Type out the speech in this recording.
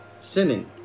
sinning